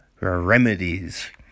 Remedies